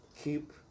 Keep